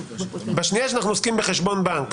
בשנייה שאנחנו עוסקים בחשבון בנק,